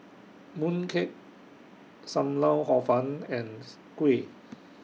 Mooncake SAM Lau Hor Fun and Kuih